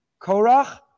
Korach